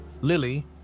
Lily